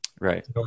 right